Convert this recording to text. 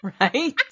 Right